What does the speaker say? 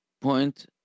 point